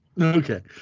Okay